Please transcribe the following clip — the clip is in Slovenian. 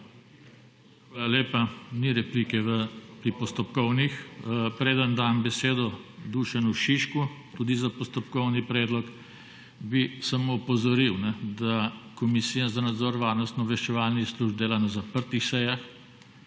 Hvala lepa. Ni replike pri postopkovnih. Preden dam besedo Dušanu Šišku, tudi za postopkovni predlog, bi samo opozoril, da Komisija za nadzor obveščevalnih in varnostnih služb dela na zaprtih sejah,